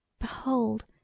Behold